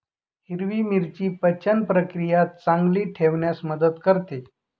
हिरवी मिरची पचनक्रिया चांगली ठेवण्यास मदत करते